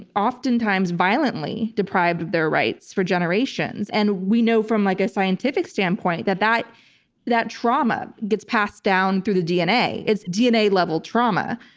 oftentimes violently deprived of their rights for generations. and we know from like a scientific standpoint that that that trauma gets passed down through the dna. it's dna level trauma.